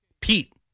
Pete